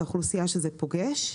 באוכלוסייה שזה פוגש.